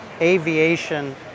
aviation